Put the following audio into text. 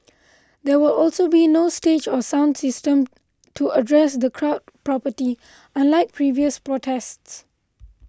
there will also be no stage or sound system to address the crowd property unlike previous protests